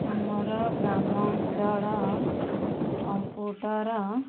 ଆମର ଗ୍ରାମ ଅଞ୍ଚଳ କମ୍ପ୍ୟୁଟର